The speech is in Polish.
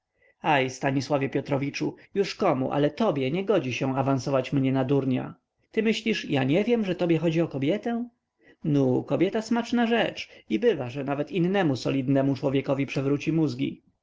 wokulski aj stanisławie piotrowiczu już komu ale tobie nie godzi się awansować mnie na durnia ty myślisz ja nie wiem że tobie chodzi o kobietę nu kobieta smaczna rzecz i bywa że nawet innemu solidnemu człowiekowi przewróci mózgi